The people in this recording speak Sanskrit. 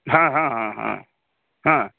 हा हा हा हा हा